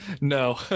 No